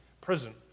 prison